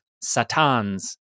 Satan's